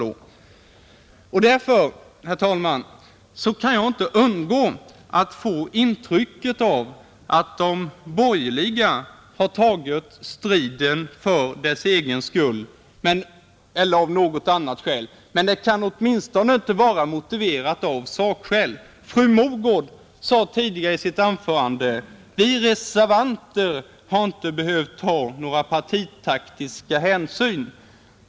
Jag kan, herr talman, inte undgå intrycket att de borgerliga har tagit striden för dess egen skull; det kan åtminstone inte vara motiverat av sakskäl, Fru Mogård sade tidigare i sitt anförande att reservanterna inte har behövt ta några partitaktiska hänsyn.